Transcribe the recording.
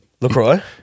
LaCroix